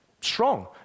strong